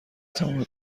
تمام